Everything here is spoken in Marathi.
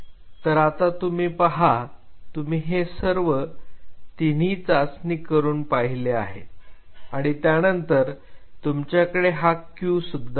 तर आता तुम्ही पहा तुम्ही हे सर्व तिन्ही चाचणी करून पाहिले आहेत आणि त्यानंतर तुमच्याकडे हा Q सुद्धा आहे